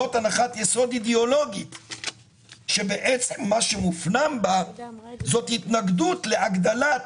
זאת הנחת יסוד אידיאולוגית שבעצם מה שמופנם בה זאת התנגדות להגדלת